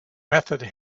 method